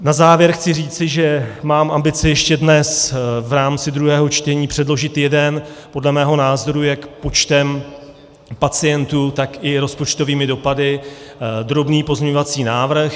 Na závěr chci říci, že mám ambici ještě dnes v rámci druhého čtení předložit jeden podle mého názoru jak počtem pacientů, tak i rozpočtovými dopady drobný pozměňovací návrh.